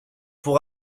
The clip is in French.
pour